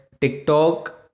TikTok